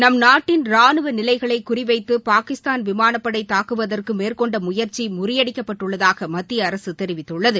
நம் நாட்டின் ராணுவ நிலைகளை குறிவைத்து பாகிஸ்தான் விமானப் படை தாக்குவதற்கு மேற்கொண்ட முயற்சி முறியடிக்கப்பட்டுள்ளதாக மத்திய அரசு தெரிவித்துள்ளது